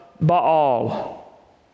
Baal